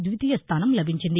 ద్వితీయ స్థానం లభించింది